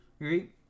Right